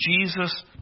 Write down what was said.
Jesus